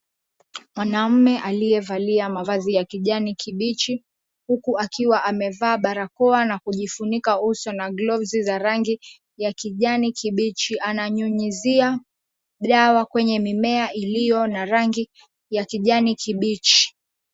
Mwanaume aliyevalia mavazi ya kijani kibichi huku akiwa amevaa barakoa na kujifunika uso na gloves za rangi ya kijani kibichi. Ananyunyuzia dawa kwenye mimea iliyo na rangi ya kijani kibichi.